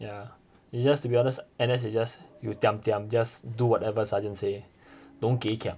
yeah it's just to be honest N_S is just you tiam tiam just do whatever sergeant says don't kay kiang